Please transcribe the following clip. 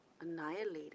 annihilating